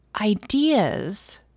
ideas